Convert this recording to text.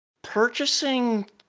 purchasing